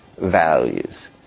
values